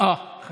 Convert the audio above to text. תודה רבה.